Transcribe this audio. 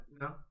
No